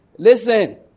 Listen